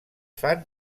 fan